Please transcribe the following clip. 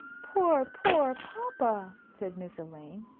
poor, poor papa, said miss elaine.